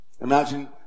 Imagine